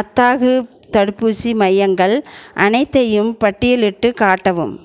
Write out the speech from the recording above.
அத்தகு தடுப்பூசி மையங்கள் அனைத்தையும் பட்டியலிட்டுக் காட்டவும்